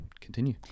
Continue